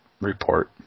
report